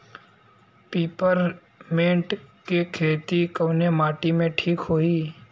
Peppermint के खेती कवने माटी पे ठीक होई?